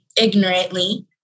ignorantly